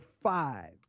five